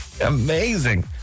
amazing